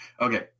Okay